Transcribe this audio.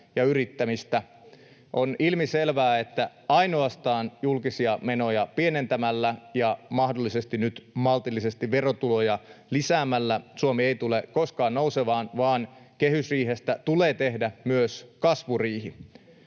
ja yrittämistä. On ilmiselvää, että ainoastaan julkisia menoja pienentämällä ja mahdollisesti nyt maltillisesti verotuloja lisäämällä Suomi ei tule koskaan nousemaan vaan kehysriihestä tulee tehdä myös kasvuriihi